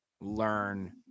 learn